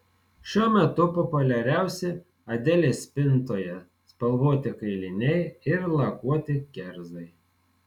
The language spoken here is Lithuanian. šiuo metu populiariausi adelės spintoje spalvoti kailiniai ir lakuoti kerzai